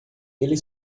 ele